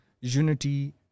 unity